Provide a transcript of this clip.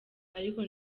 ariko